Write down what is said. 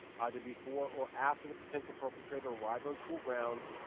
either before or after the potential perpetrator arrived on school grounds,